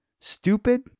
stupid